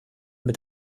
mit